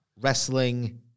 wrestling